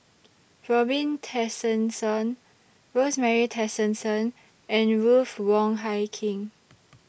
Robin Tessensohn Rosemary Tessensohn and Ruth Wong Hie King